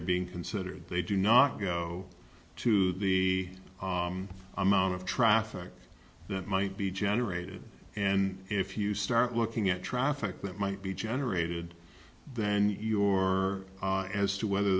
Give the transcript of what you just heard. are being considered they do not go to the amount of traffic that might be generated and if you start looking at traffic that might be generated then your as to whether